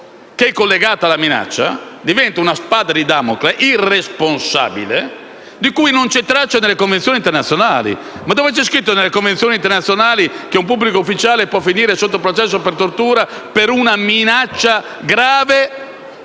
che, collegata alla minaccia, diventa una spada di Damocle irresponsabile di cui non c'è traccia nelle convenzioni internazionali. Ma dove è scritto, nelle convenzioni internazionali, che un pubblico ufficiale può finire sotto processo per tortura per una minaccia grave